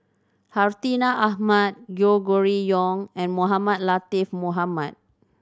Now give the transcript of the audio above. Hartinah Ahmad Gregory Yong and Mohamed Latiff Mohamed